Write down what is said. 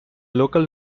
local